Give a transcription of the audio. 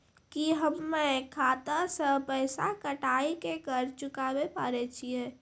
की हम्मय खाता से पैसा कटाई के कर्ज चुकाबै पारे छियै?